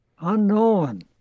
unknown